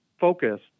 focus